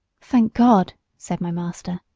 thank god! said my master.